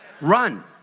Run